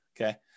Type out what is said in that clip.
okay